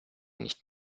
nicht